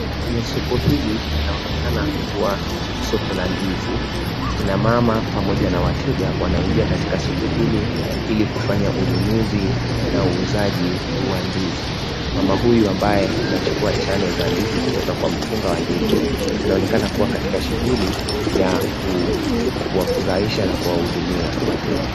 Kwenye soko hili linaonekana kuwa soko la ndizi kina mama pamoja na wateja wanaingia katika soko hili ili kufanya ununuzi na uuzaji wa ndizi mama huyu ambaye anachukua chane za ndizi kutoka kwa mkunga wa ndizi anaonekana kuwa katika shuguli ya kuwafurahisha na kuwahudumia wateja.